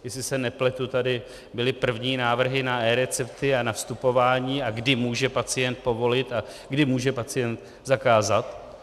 Jestli se nepletu, byly tady první návrhy na eRecepty a na vstupování, a kdy může pacient povolit a kdy může pacient zakázat.